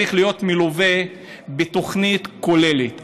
צריך להיות מלווה בתוכנית כוללת.